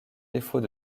défaut